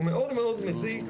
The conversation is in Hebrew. הוא מאוד מאוד מאוד מזיק,